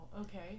Okay